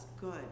good